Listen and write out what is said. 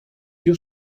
più